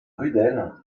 rudel